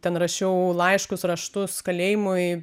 ten rašiau laiškus raštus kalėjimo į